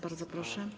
Bardzo proszę.